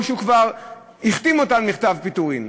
או שהוא כבר החתים אותה על מכתב פיטורים,